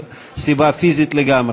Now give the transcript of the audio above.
סיבה פיזית לגמרי.